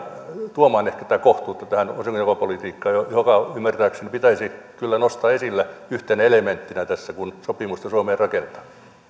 tuomaan nyt tätä kohtuutta tähän osingonjakopolitiikkaan joka ymmärtääkseni pitäisi kyllä nostaa esille yhtenä elementtinä tässä kun sopimusta suomeen rakennetaan